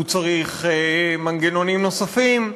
הוא צריך מנגנונים נוספים.